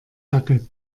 dackel